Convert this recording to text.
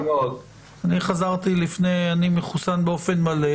אני מחוסן באופן מלא,